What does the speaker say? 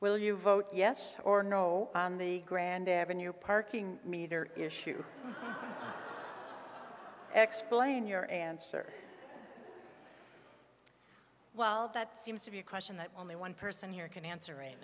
will you vote yes or no on the grand avenue parking meter issue explain your answer well that seems to be a question that only one person here can answer right